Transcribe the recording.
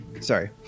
Sorry